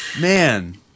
Man